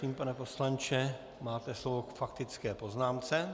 Prosím, pane poslanče, máte slovo k faktické poznámce.